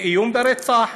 זה איום ברצח,